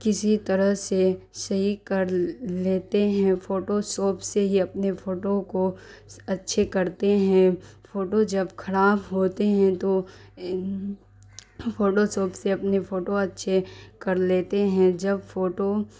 کسی طرح سے صحیح کر لیتے ہیں فوٹو شاپ سے ہی اپنے فوٹو کو اچھے کرتے ہیں فوٹو جب خراب ہوتے ہیں تو فوٹو شاپ سے اپنے فوٹو اچھے کر لیتے ہیں جب فوٹو